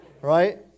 right